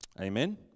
Amen